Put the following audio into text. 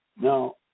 Now